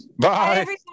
Bye